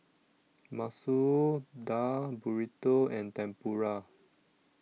Masoor Dal Burrito and Tempura